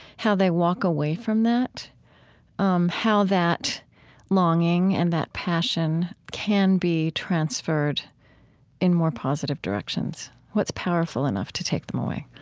how they walk away from that um how that longing and that passion can be transferred in more positive directions? what's powerful enough to take them away?